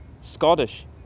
Scottish